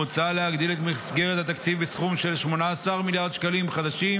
מוצע להגדיל את מסגרת התקציב בסכום של 18 מיליארד שקלים חדשים,